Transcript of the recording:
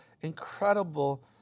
incredible